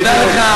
תודה לך.